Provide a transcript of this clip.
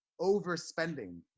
overspending